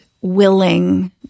willing